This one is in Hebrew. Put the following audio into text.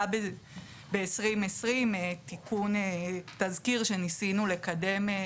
היה ב-2020 תיקון תזכיר שניסינו לקדם,